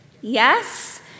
Yes